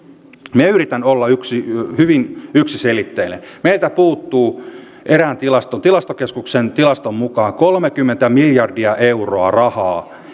minä yritän olla hyvin yksiselitteinen meiltä puuttuu erään tilastokeskuksen tilaston mukaan kolmekymmentä miljardia euroa rahaa